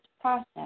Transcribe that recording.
process